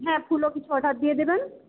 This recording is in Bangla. হ্যাঁ ফুলও কিছু অর্ডার দিয়ে দেবেন